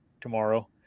tomorrow